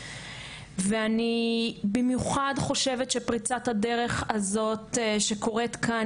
ואני במיוחד חושבת שפריצת הדרך הזאת שקורית כאן